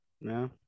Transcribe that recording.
no